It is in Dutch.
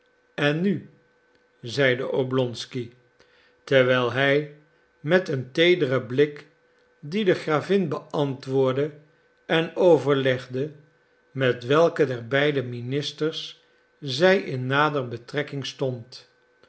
en nu zeide oblonsky terwijl hij met een teederen blik dien der gravin beantwoordde en overlegde met welken der beide ministers zij in nader betrekking stond